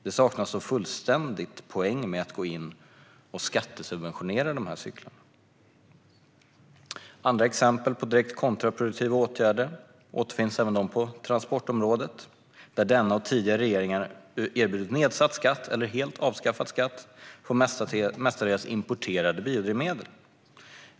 Det saknas fullständigt poäng med att gå in och skattesubventionera dessa cyklar. Andra exempel på direkt kontraproduktiva åtgärder återfinns även de på transportområdet, där denna och tidigare regeringar har erbjudit nedsatt skatt eller helt avskaffad skatt på mestadels importerade biodrivmedel.